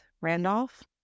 Randolph